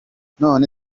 none